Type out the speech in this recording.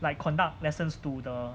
like conduct lessons to the